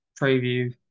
preview